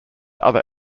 other